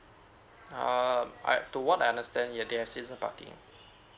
um I to what I understand they have season parking